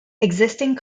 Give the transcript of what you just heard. existing